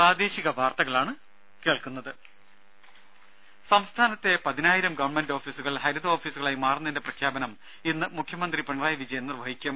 രും സംസ്ഥാനത്തെ പതിനായിരം ഗവൺമെന്റ് ഓഫീസുകൾ ഹരിത ഓഫീസുകളായി മാറുന്നതിന്റെ പ്രഖ്യാപനം ഇന്ന്മുഖ്യമന്ത്രി പിണറായി വിജയൻ നിർവഹിക്കും